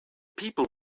people